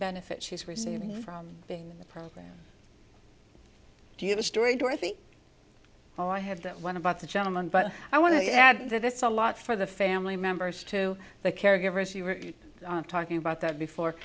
benefit she's receiving from being in the program do you have a story do i think oh i have that one about the gentleman but i want to add that it's a lot for the family members to the caregivers you were talking about that before